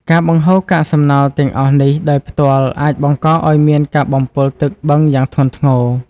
ការបង្ហូរកាកសំណល់ទាំងអស់នេះដោយផ្ទាល់ អាចបង្កឱ្យមានការបំពុលទឹកបឹងយ៉ាងធ្ងន់ធ្ងរ។